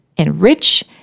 Enrich